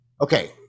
Okay